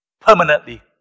permanently